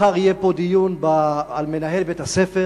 מחר יהיה פה דיון על מנהל בית-הספר